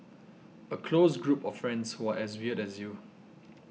a close group of friends who are as weird as you